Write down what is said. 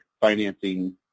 financing